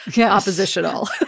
oppositional